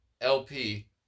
LP